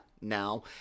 now